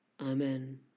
Amen